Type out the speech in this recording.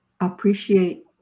appreciate